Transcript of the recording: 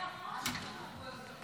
לא היה חוק היום שבירכו בו יותר --- תודה,